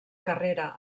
carrera